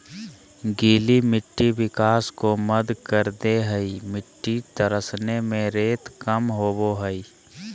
गीली मिट्टी विकास को मंद कर दे हइ मिटटी तरसने में रेत कम होबो हइ